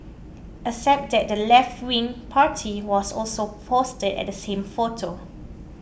except that the leftwing party was also posted at the same photo